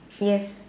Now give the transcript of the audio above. yes